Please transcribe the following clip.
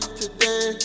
today